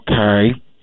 okay